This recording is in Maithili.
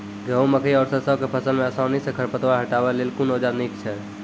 गेहूँ, मकई आर सरसो के फसल मे आसानी सॅ खर पतवार हटावै लेल कून औजार नीक है छै?